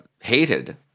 hated